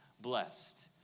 blessed